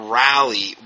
rally